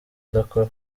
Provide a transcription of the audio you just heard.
adakora